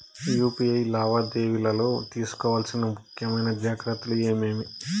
UPI లావాదేవీలలో తీసుకోవాల్సిన ముఖ్యమైన జాగ్రత్తలు ఏమేమీ?